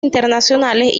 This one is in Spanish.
internacionales